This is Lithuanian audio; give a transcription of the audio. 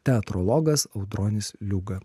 teatrologas audronis liuga